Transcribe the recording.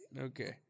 Okay